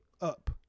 up